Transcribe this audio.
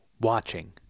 watching